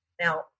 Now